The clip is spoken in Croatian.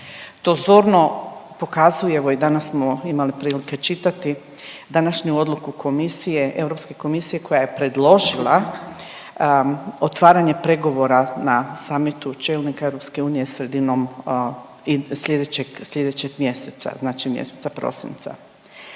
To zorno pokazuje, evo i danas smo imali prilike čitati današnju odluku komisije, Europske komisije koja je predložila otvaranje pregovora na samitu čelnika EU sredinom slijedećeg, slijedećeg mjeseca znači mjeseca prosinca.